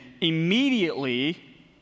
immediately